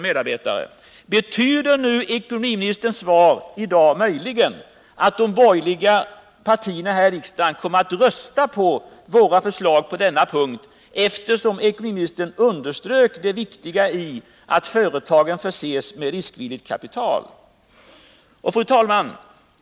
Ekonomiministern underströk ju det viktiga i att företagen förses med riskvilligt kapital. Fru talman!